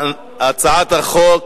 הצעת החוק